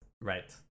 Right